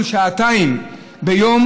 בשעתיים ביום